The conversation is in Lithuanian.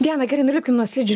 diana gerai nulipkim nuo slidžių